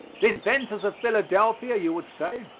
the inventors of philadelphia, you would say,